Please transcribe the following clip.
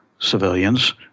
Civilians